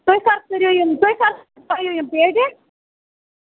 تُہۍ کتھ کٔرِو یِم تُہۍ کتھ کٔرِو یِم پیٚٹہِ